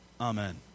Amen